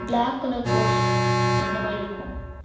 black colour purse அந்த மாதிரி இருக்கும்